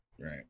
Right